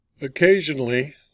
Occasionally